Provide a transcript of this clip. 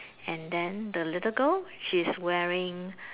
and then the little girl she's wearing